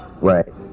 Right